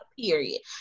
period